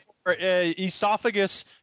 Esophagus